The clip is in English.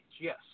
yes